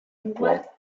while